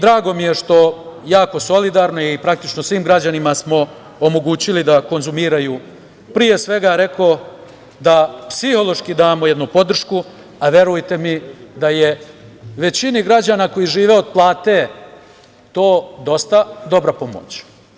Drago mi je što jako solidarno i praktično svim građanima smo omogućili da konzumiraju pre svega rekoh, da psihološki damo jednu podršku, a verujte mi da je većini građana koji žive od plate to dosta dobra pomoć.